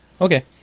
Okay